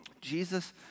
Jesus